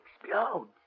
explode